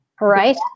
Right